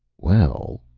well,